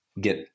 get